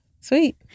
Sweet